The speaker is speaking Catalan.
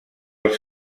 els